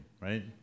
right